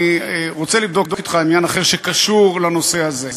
אני רוצה לבדוק אתך עניין אחר שקשור לנושא הזה.